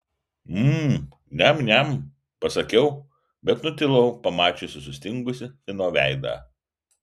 mm niam niam pasakiau bet nutilau pamačiusi sustingusį fino veidą